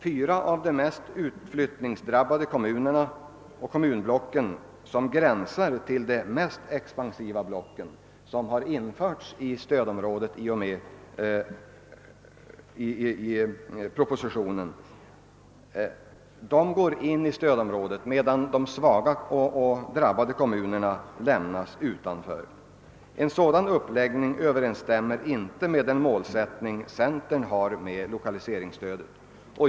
Fyra av de mest utflyttningsdrabbade kommunblocken som gränsar till de mest expansiva kommunblocken — vilka enligt propositionen skall tillföras stödområdet — lämnas utanför. En sådan uppläggning överensstämmer inte med den målsättning centern har för lokaliseringsstödet.